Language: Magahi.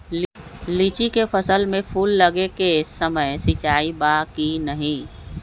लीची के फसल में फूल लगे के समय सिंचाई बा कि नही?